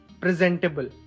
presentable